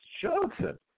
Johnson